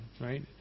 right